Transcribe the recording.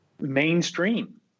mainstream